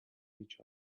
each